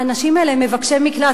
האנשים האלה הם מבקשי מקלט.